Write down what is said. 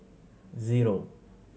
zero